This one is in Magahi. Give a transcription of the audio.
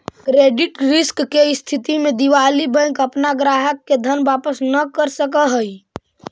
क्रेडिट रिस्क के स्थिति में दिवालि बैंक अपना ग्राहक के धन वापस न कर सकऽ हई